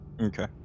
okay